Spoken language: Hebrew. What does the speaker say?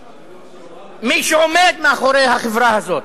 למי שעומד מאחורי החברה הזאת?